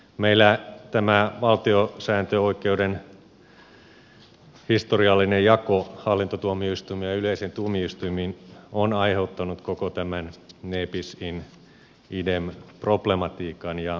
meillä tämä valtiosääntöoikeuden historiallinen jako hallintotuomioistuimiin ja yleisiin tuomioistuimiin on aiheuttanut koko tämän ne bis in idem problematiikan